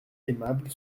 aimable